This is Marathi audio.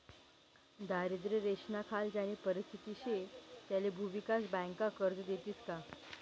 दारिद्र्य रेषानाखाल ज्यानी परिस्थिती शे त्याले भुविकास बँका कर्ज देतीस का?